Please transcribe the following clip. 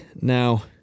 now